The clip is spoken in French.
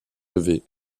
levé